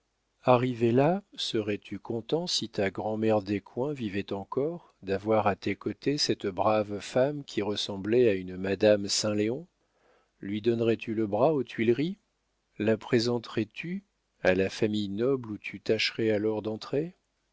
là serais-tu content si ta grand'mère descoings vivait encore d'avoir à tes côtés cette brave femme qui ressemblait à une madame saint léon lui donnerais tu le bras aux tuileries la présenterais tu à la famille noble où tu tâcherais alors d'entrer